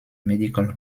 medical